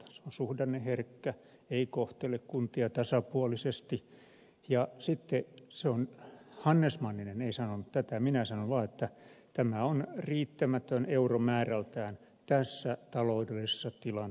se on suhdanneherkkä ei kohtele kuntia tasapuolisesti ja sitten se on hannes manninen ei sanonut tätä minä sanon vaan että tämä on riittämätön euromäärältään tässä taloudellisessa tilanteessa